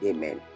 Amen